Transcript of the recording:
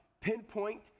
pinpoint